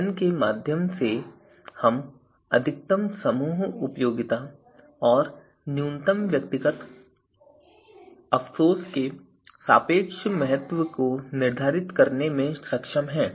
वजन के माध्यम से हम अधिकतम समूह उपयोगिता और न्यूनतम व्यक्तिगत अफसोस के सापेक्ष महत्व को निर्धारित करने में सक्षम हैं